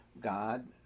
God